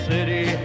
City